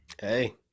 hey